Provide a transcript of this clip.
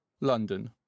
London